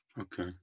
Okay